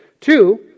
Two